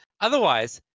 otherwise